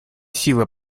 сила